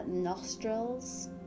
nostrils